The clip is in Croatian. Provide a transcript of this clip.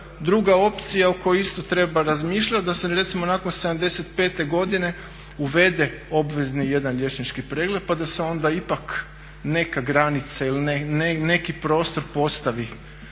druga opcija o kojoj isto treba razmišljat, da se recimo nakon 75. godine uvede obvezni jedan liječnički pregled pa da se onda ipak neka granica ili neki prostor postavi